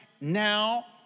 now